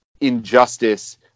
injustice